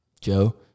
Joe